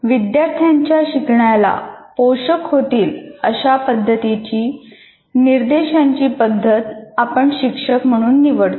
विद्यार्थ्यांच्या शिकण्याला पोषक होतील अशा पद्धतीची निर्देशांची पद्धत आपण शिक्षक म्हणून निवडतो